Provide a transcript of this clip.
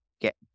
get